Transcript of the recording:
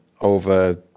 over